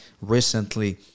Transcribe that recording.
recently